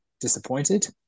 disappointed